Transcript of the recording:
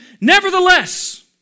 Nevertheless